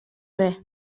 res